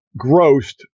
grossed